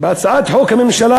בהצעת התקציב,